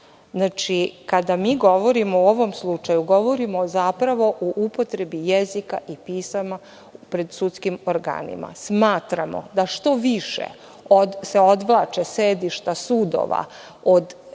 Kada govorimo o ovom slučaju, govorimo zapravo o upotrebi jezika i pisama pred sudskim organima. Smatramo da što se više odvlače sedišta sudova od